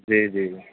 جی جی